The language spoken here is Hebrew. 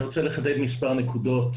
אני רוצה לחדד מספר נקודות,